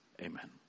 Amen